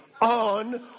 on